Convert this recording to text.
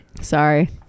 Sorry